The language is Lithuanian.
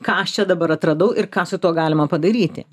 ką aš čia dabar atradau ir ką su tuo galima padaryti